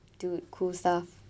dude cool stuff